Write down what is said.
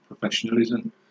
professionalism